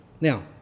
Now